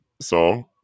song